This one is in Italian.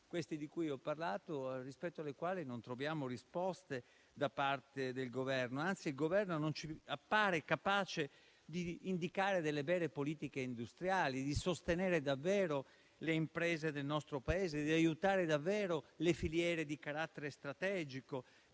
Paese, ma rispetto a questi obiettivi non troviamo risposte da parte del Governo. Anzi, il Governo non ci appare capace di indicare delle vere politiche industriali, di sostenere davvero le imprese del nostro Paese e di aiutare veramente le filiere di carattere strategico,